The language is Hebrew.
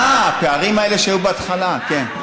אה, הפערים האלה שהיו בהתחלה, כן.